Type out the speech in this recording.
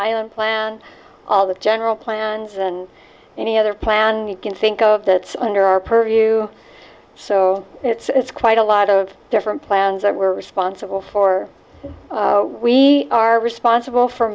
plan plan all the general plans and any other plan you can think of that's under our purview so it's quite a lot of different plans that we're responsible for we are responsible for